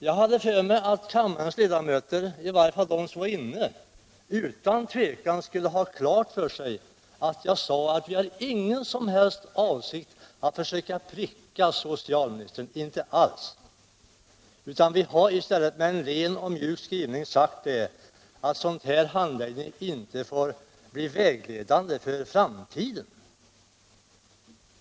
Jag trodde att kammarens ledamöter — i varje fall de som var inne här då jag talade — skulle ha klart för sig att jag sade att vi inte har någon som helst avsikt att försöka pricka socialministern. Det har vi inte alls. Vi har i stället med en mjuk skrivning sagt att sådan här handläggning inte får bli vägledande för framtiden.